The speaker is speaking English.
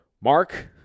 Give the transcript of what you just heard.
Mark